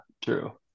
True